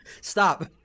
Stop